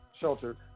shelter